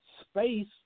space